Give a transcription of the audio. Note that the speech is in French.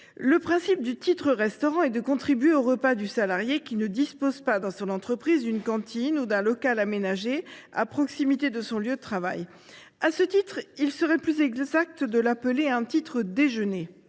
Le principe du titre restaurant est de contribuer au repas d’un salarié ne disposant pas dans son entreprise d’une cantine ou d’un local aménagé à proximité de son lieu de travail. À cet égard, il serait plus exact de l’appeler « titre déjeuner